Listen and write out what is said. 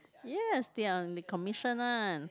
yes they are they commission one